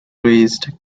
raised